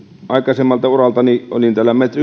aikaisemmalta uraltani olin